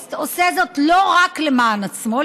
הטרוריסט לא עושה זאת רק למען עצמו,